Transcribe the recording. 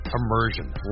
Immersion